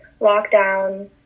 lockdown